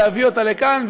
להביא אותה לכאן,